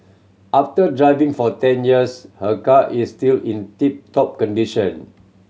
after driving for ten years her car is still in tip top condition